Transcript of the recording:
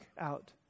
out